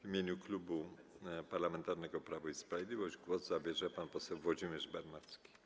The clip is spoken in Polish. W imieniu Klubu Parlamentarnego Prawo i Sprawiedliwość głos zabierze pan poseł Włodzimierz Bernacki.